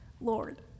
Lord